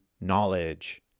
knowledge